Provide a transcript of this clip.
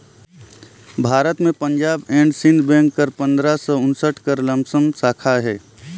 भारत में Punjab and Sind bank कर पंदरा सव उन्सठ कर लमसम साखा अहे